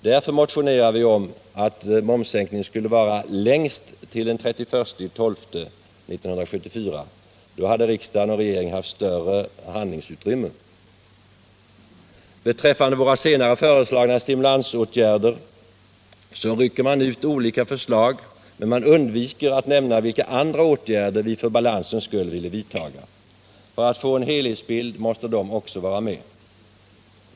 Därför motionerade vi om att momssänkningen skulle vara längst till den 31 december 1974. Då hade riksdagen och regeringen haft större handlingsutrymme. Beträffande våra senare föreslagna stimulansåtgärder rycker man ut olika förslag men undviker att nämna vilka andra åtgärder vi för balansens skull ville vidta. För att få en helhetsbild måste de också vara med.